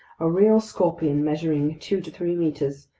a real scorpion measuring two to three meters,